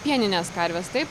pienines karves taip